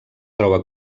troba